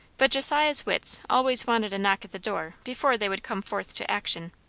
but josiah's wits always wanted a knock at the door before they would come forth to action.